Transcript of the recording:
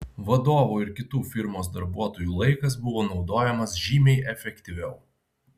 vadovo ir kitų firmos darbuotojų laikas buvo naudojamas žymiai efektyviau